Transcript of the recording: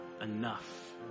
enough